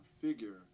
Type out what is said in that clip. figure